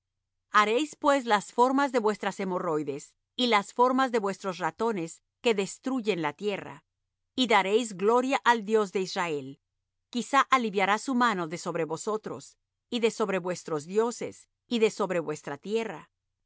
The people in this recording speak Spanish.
haréis pues las formas de vuestras hemorroides y las formas de vuestros ratones que destruyen la tierra y daréis gloria al dios de israel quizá aliviará su mano de sobre vosotros y de sobre vuestros dioses y de sobre vuestra tierra